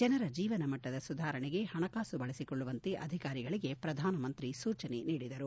ಜನರ ಜೀವನಮಟ್ಟದ ಸುಧಾರಣೆಗೆ ಹಣಕಾಸು ಬಳಸಿಕೊಳ್ಲುವಂತೆ ಅಧಿಕಾರಿಗಳಿಗೆ ಪ್ರಧಾನಮಂತ್ರಿ ಸೂಚನೆ ನೀಡಿದರು